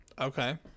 Okay